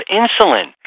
insulin